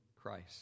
Christ